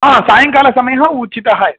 हा सायङ्कालसमयः उचितः एव